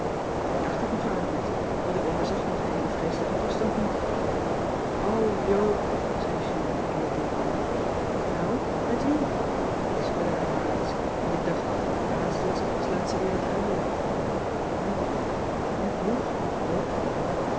daar dacht ik nog aan nettie want ik overzag nog den heelen vreeselijken toestand niet o joop zei julie in de deken nou met wie ik schudde haar maar eens want ik dacht aanstonds slaat ze weer aan t huilen met met jog